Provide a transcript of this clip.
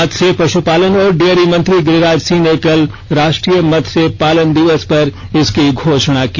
मत्स्य पश्पालन और डेयरी मंत्री गिरिराज सिंह ने कल राष्ट्रीय मत्स्य पालन दिवस पर इसकी घोषणा की